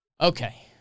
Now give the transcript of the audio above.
Okay